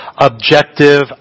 objective